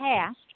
past